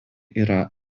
yra